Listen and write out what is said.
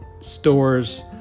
stores